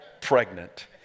pregnant